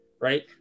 Right